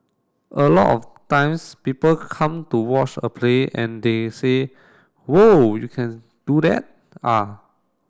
a lot of times people come to watch a play and they say whoa you can do that ah